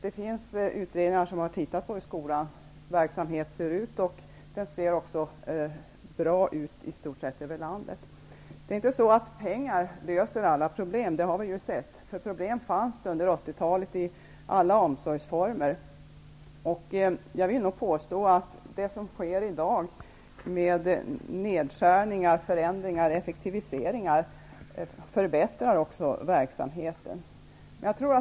Det finns också utredningar där man har tittat på skolans verksamhet, och den ser bra ut i stort sett över hela landet. Vi har ju sett att pengar inte löser alla problem. Under 80-talet fanns det problem inom alla omsorgsformer. Jag vill nog påstå att det som sker i dag -- förändringar, nedskärningar och effektiviseringar -- förbättrar verksamheten.